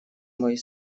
мой